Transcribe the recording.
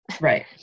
right